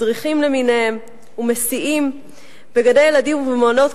מדריכים למיניהם ומסיעים בגני-ילדים ומעונות,